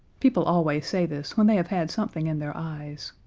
people always say this when they have had something in their eyes.